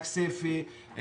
כסייפה,